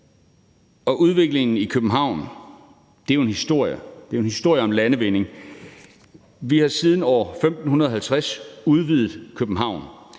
Udviklingen i København er jo en historie om landvinding. Vi har siden år 1550 udvidet København.